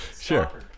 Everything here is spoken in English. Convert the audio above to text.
Sure